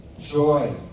joy